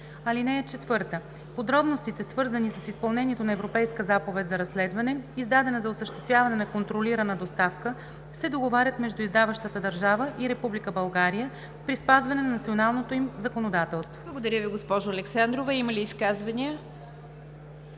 разследване. (4) Подробностите, свързани с изпълнението на Европейска заповед за разследване, издадена за осъществяване на контролирана доставка, се договарят между издаващата държава и Република България при спазване на националното им законодателство.“ ПРЕДСЕДАТЕЛ НИГЯР ДЖАФЕР: Благодаря Ви, госпожо Александрова. Има ли изказвания?